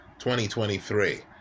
2023